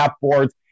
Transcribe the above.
boards